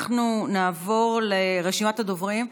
אנחנו נעבור לרשימת הדוברים.